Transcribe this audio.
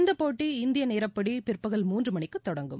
இந்த போட்டி இந்திய நேரப்படி பிற்பகல் மூன்று மணிக்கு தொடங்கும்